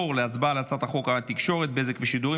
להצבעה על הצעת חוק התקשורת (בזק ושידורים)